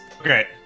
Okay